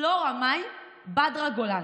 פלורה מאי בדרה גולן.